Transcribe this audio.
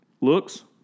looks